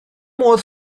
modd